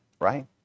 right